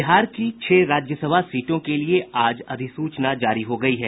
बिहार की छह राज्यसभा सीटों के लिए आज अधिसूचना जारी हो गयी है